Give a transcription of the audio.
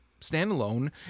standalone